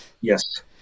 Yes